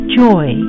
joy